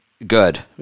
Good